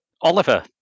Oliver